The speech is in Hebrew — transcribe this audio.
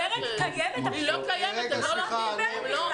קרן, תפסיקי עם זה.